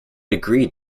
agreed